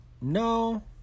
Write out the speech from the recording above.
no